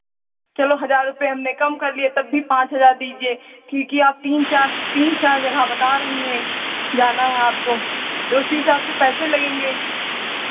चलो हज़ार रुपये हमने कम कर दिया तब भी पाँच हज़ार तक लगेंगे क्योंकि आप तीन चार तीन चार जगह बता रही हैं जाना है आपको तो उसी हिसाब से पैसे लगेंगे